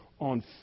on